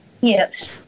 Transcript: Yes